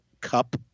cup